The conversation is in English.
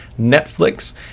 Netflix